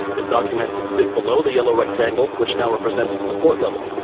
it documents its dip below the yellow rectangle, which now represents its support level.